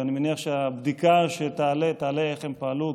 ואני מניח שהבדיקה שתהיה תעלה איך הם פעלו,